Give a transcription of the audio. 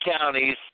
counties